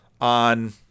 on